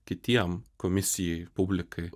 kitiem komisijai publikai